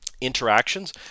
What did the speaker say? interactions